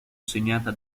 segnata